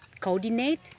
coordinate